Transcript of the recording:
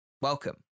Welcome